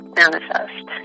manifest